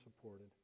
supported